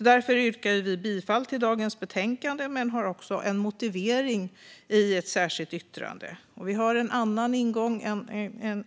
Därför kommer vi att yrka bifall till utskottets förslag i dagens betänkande men har också en motivering i ett särskilt yttrande. Vi har en annan ingång än